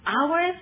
Hours